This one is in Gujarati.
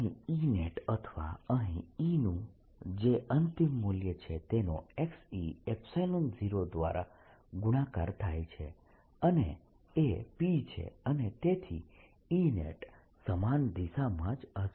અહીં Enet અથવા અહીં E નું જે અંતિમ મૂલ્ય છે તેનો e0 દ્વારા ગુણાકાર થાય છે અને એ P છે અને તેથી Enet સમાન દિશામાં જ હશે